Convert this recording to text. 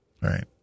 right